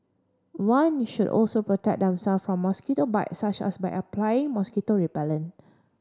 one should also protect themselves from mosquito bites such as by applying mosquito repellent